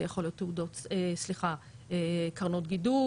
זה יכול להיות קרנות גידור,